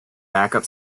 backup